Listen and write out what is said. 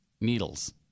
needles